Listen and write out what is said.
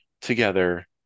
together